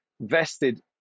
vested